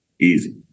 Easy